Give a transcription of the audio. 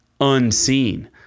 unseen